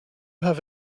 have